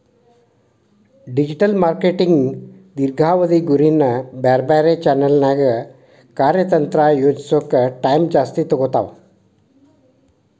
digital marketing ದೇರ್ಘಾವಧಿ ಗುರಿನ ಬ್ಯಾರೆ ಬ್ಯಾರೆ ಚಾನೆಲ್ನ್ಯಾಗ ಕಾರ್ಯತಂತ್ರ ಯೋಜಿಸೋಕ ಟೈಮ್ ಜಾಸ್ತಿ ತೊಗೊತಾವ